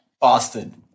boston